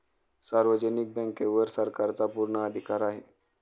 सार्वजनिक बँकेवर सरकारचा पूर्ण अधिकार आहे